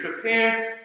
Prepare